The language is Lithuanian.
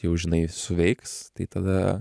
jau žinai suveiks tai tada